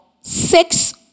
six